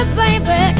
baby